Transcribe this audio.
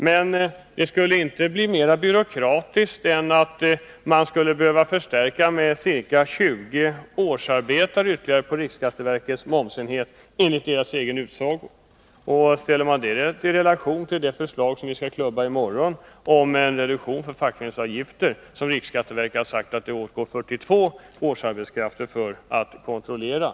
Men detta skulle inte bli mer byråkratiskt än att man skulle behöva förstärka riksskatteverkets momsenhet med ca 20 årsarbetare enligt dess egen utsago. Det kan vi ställa i relation till det förslag som vi skall klubba i morgon om en reduktion för fackföreningsavgifter, vilken riksskatteverket har sagt att det krävs 42 årsarbetskrafter för att kontrollera.